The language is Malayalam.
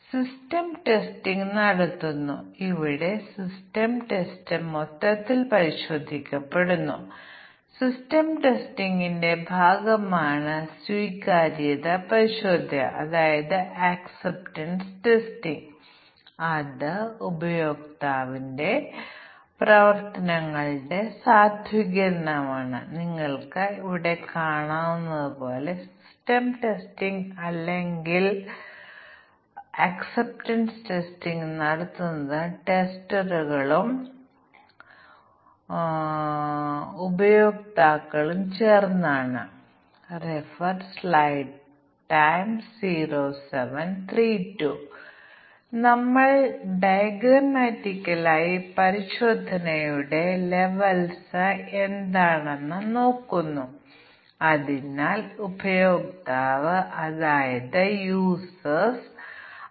അതിനാൽ 40 പരാമീറ്ററുകൾക്കും ഓരോന്നും 2 മൂല്യങ്ങൾ എടുക്കുന്നതിനും നമുക്ക് 2 മുതൽ 40 വരെ ടെസ്റ്റ് കേസുകൾ അല്ലെങ്കിൽ സാധ്യമായ മൂല്യങ്ങളുടെ എല്ലാ കോമ്പിനേഷനുകളും പരിഗണിക്കേണ്ടതുണ്ട് എന്നാൽ ജോഡി തിരിച്ചുള്ള മൂല്യങ്ങൾ മാത്രം പരിഗണിക്കുകയാണെങ്കിൽ സാധ്യമായ എല്ലാ ജോഡി തിരിച്ചുള്ള മൂല്യങ്ങളും പരീക്ഷയുടെ എണ്ണം കേസുകൾ 10 അല്ലെങ്കിൽ 12 ആയിരിക്കാം ഇത് അറിയാൻ ബുദ്ധിമുട്ടുള്ള ഒരു പ്രശ്നം ഞങ്ങൾക്കറിയില്ല പക്ഷേ ഞങ്ങൾക്ക് ഉപകരണങ്ങൾ ലഭ്യമാണ് ഞങ്ങൾക്ക് വളരെ ലളിതമായ ചെറിയ ഉപകരണങ്ങൾ നൽകി പ്രവർത്തിപ്പിച്ച് കണ്ടെത്താനാകും അവ നിങ്ങൾക്ക് ജോഡി തിരിച്ചുള്ള ടെസ്റ്റ് കേസുകൾ എല്ലാ ജോഡികളും നൽകും ടെസ്റ്റ് കേസുകൾ